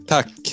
Tack